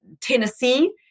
Tennessee